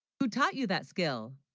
who taught you that skill